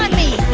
but me?